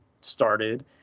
started